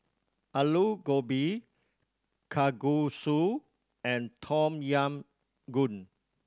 Alu Gobi Kalguksu and Tom Yam Goong